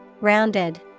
Rounded